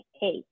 hey